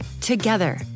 Together